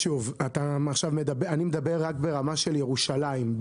שוב, אני מדבר רק ברמה של ירושלים.